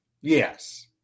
Yes